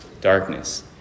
darkness